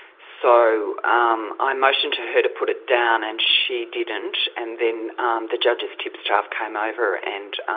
so um i motioned to her to put it down, and she didn't, and then the judge's tipstaff came over and,